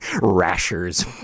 Rashers